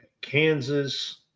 Kansas